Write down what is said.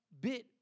bit